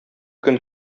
көн